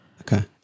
Okay